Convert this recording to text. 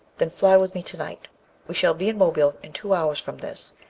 then fly with me tonight we shall be in mobile in two hours from this,